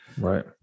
Right